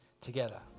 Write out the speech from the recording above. together